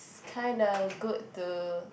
it's kind of good to